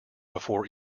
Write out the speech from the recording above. before